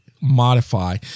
Modify